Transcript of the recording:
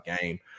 game